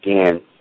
again